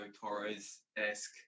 torres-esque